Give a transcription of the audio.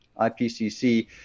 IPCC